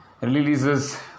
releases